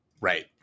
Right